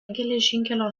geležinkelio